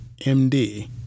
MD